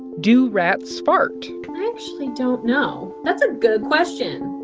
do rats fart? i actually don't know. that's a good question.